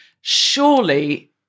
surely